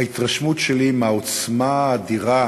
ההתרשמות שלי מהעוצמה האדירה,